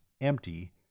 empty